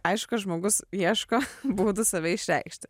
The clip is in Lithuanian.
aišku žmogus ieško būdų save išreikšti